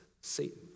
Satan